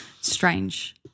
strange